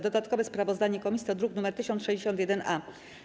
Dodatkowe sprawozdanie komisji to druk nr 1061-A.